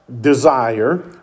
desire